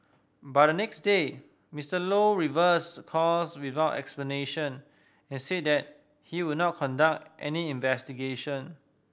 but the next day Mister Low reversed course without explanation and said that he would not conduct any investigation